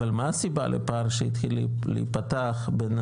אבל מה הסיבה לפער שהתחיל להיפתח בין